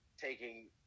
taking